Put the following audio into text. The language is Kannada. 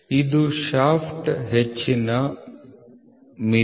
ಇದು ಶಾಫ್ಟ್ನ ಹೆಚ್ಚಿನ ಮಿತಿ